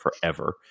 forever